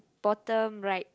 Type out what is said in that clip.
bottom right